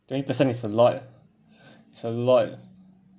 twenty percent is a lot eh it's a lot